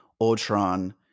Ultron